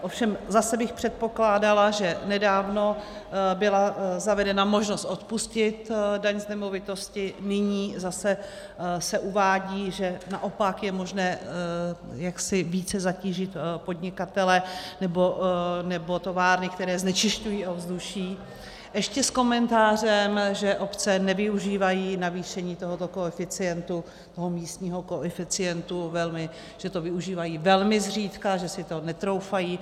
Ovšem zase bych předpokládala, že nedávno byla zavedena možnost odpustit daň z nemovitosti, nyní zase se uvádí, že naopak je možné jaksi více zatížit podnikatele nebo továrny, které znečišťují ovzduší, ještě s komentářem, že obce nevyužívají navýšení tohoto místního koeficientu, že to využívají velmi zřídka, že si to netroufají.